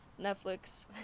Netflix